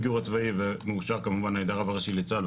גב' יו"ר לצירים ההלכתיים,